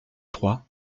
trois